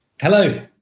Hello